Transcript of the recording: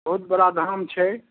बहुत बड़ा धाम छै